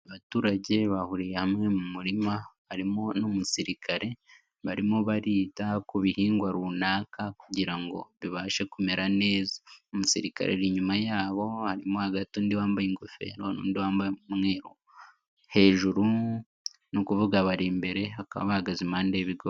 Abaturage bahuriye hamwe mu murima harimo n'umusirikare, barimo barita ku bihingwa runaka kugira ngo bibashe kumera neza. Umusirikare ari inyuma yabo, harimo undi wambaye ingofero wambaye umwe hejuru ni ukuvuga bari imbere bakaba bahagaze impande y'ibigori.